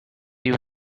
you